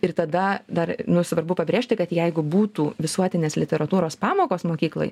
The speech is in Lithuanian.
ir tada dar nu svarbu pabrėžti kad jeigu būtų visuotinės literatūros pamokos mokykloj